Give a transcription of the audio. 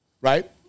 right